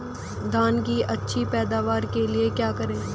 धान की अच्छी पैदावार के लिए क्या करें?